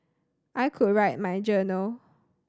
I could write in my journal